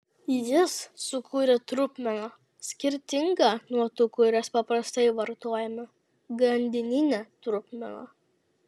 jis sukūrė trupmeną skirtingą nuo tų kurias paprastai vartojame grandininę trupmeną